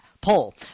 poll